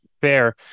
Fair